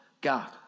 God